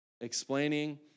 explaining